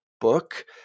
book